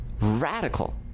radical